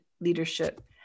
leadership